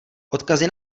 odkazy